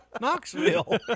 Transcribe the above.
Knoxville